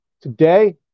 today